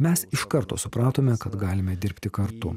mes iš karto supratome kad galime dirbti kartu